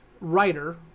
writer